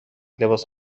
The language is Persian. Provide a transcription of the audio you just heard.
لباس